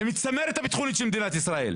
מהצמרת הביטחונית של מדינת ישראל,